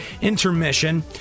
intermission